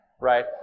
Right